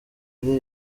ari